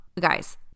Guys